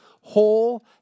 whole